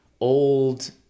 old